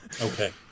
Okay